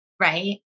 Right